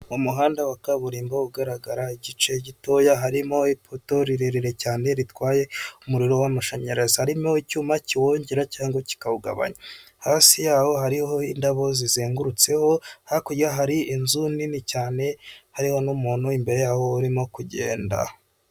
Umuhanda wa kaburimbo ugaragara igice gitoya harimo ipoto rirerire cyane ritwaye umuriro w'amashanyarazi, harimo icyuma kiwongera cyangwa kiwugabanya, hasi yaho hariho indabo zizengurutseho, hakurya hari inzu nini cyane hariho n'umuntu imbere urimo kugenda.